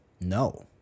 No